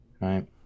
right